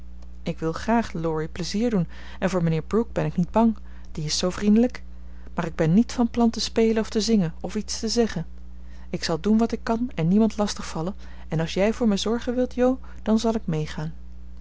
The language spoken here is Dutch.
ik wil graag laurie plezier doen en voor mijnheer brooke ben ik niet bang die is zoo vriendelijk maar ik ben niet van plan te spelen of te zingen of iets te zeggen ik zal doen wat ik kan en niemand lastig vallen en als jij voor mij zorgen wilt jo dan zal ik meegaan